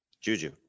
Juju